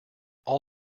all